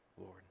Lord